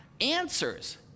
answers